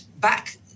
back